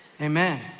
Amen